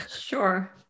Sure